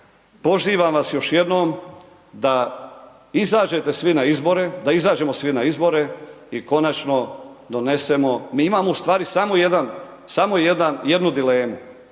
svi na izbore, da izađemo svi na izbore i konačno donesemo, mi imamo ustvari samo jednu dilemu,